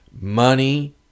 Money